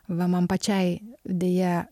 va man pačiai deja